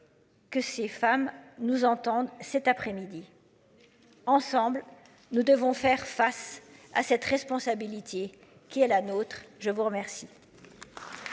Que ces femmes nous entende cet après-midi. Ensemble, nous devons faire face à cette responsabilité qui est la nôtre. Je vous remercie.